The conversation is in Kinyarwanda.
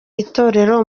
itorero